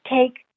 take